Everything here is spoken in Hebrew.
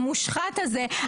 המושחת הזה,